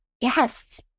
yes